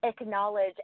acknowledge